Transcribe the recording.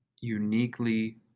uniquely